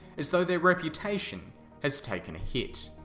as though their reputation has taken a hit.